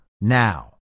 now